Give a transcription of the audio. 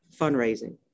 fundraising